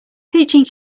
teaching